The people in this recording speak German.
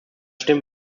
stimmt